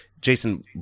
Jason